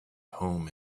home